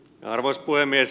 arvoisa puhemies